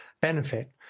benefit